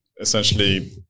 essentially